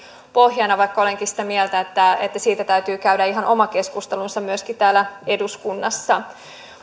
pohjana vaikka olenkin sitä mieltä että että siitä täytyy käydä ihan oma keskustelunsa myöskin täällä eduskunnassa